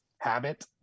habit